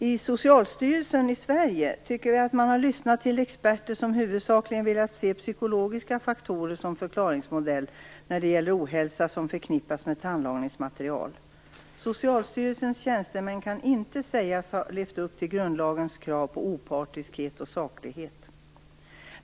I Socialstyrelsen i Sverige tycker vi att man har lyssnat till experter som huvudsakligen velat se psykologiska faktorer som förklaringsmodell när det gäller ohälsa som förknippas med tandlagningsmaterial. Socialstyrelsens tjänstemän kan inte sägas ha levt upp till grundlagens krav på opartiskhet och saklighet.